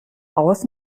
aus